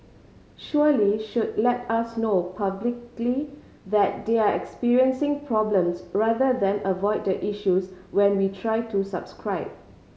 surely should let us know publicly that they're experiencing problems rather than avoid the issues when we try to subscribe